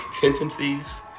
tendencies